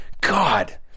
God